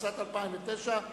התשס"ט 2009,